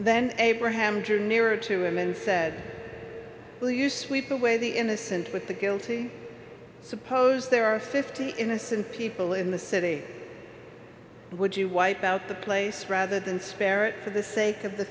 then abraham drew nearer to him and said will you sweep away the innocent with the guilty suppose there are fifty innocent people in the city would you wipe out the place rather than spare it for the sake of the